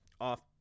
off